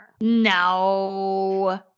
No